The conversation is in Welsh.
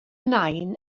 nain